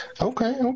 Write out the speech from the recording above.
Okay